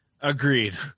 Agreed